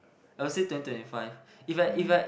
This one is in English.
I would say twenty twenty five if I if I